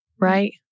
right